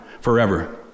forever